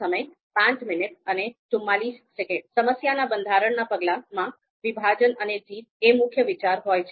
સમસ્યાના બંધારણના પગલામાં વિભાજન અને જીત એ મુખ્ય વિચાર હોય છે